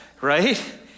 right